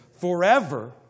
forever